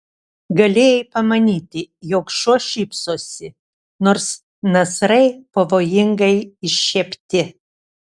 galėjai pamanyti jog šuo šypsosi nors nasrai pavojingai iššiepti